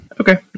Okay